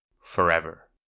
Forever